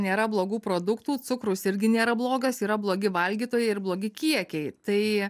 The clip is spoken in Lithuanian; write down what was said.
nėra blogų produktų cukrus irgi nėra blogas yra blogi valgytojai ir blogi kiekiai tai